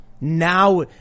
now